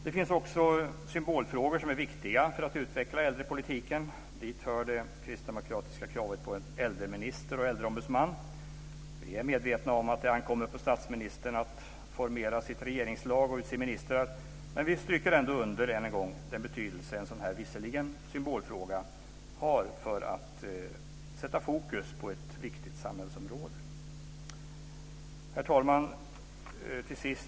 Det finns också symbolfrågor som är viktiga för att utveckla äldrepolitiken. Dit hör de kristdemokratiska kraven på en äldreminister och en äldreombudsman. Vi är medvetna om att det ankommer på statsministern att formera sitt regeringslag och utse ministrar, men vi understryker än en gång den betydelse en sådan, visserligen symbolfråga, har för att sätta fokus på ett viktigt samhällsområde. Herr talman!